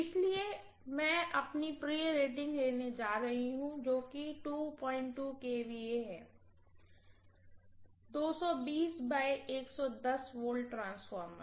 इसलिए प्रिय रेटिंग लेने जा रही हूँ जो कि kVA kVA है ट्रांसफार्मर